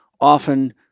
often